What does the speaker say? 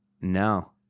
No